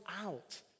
out